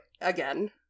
again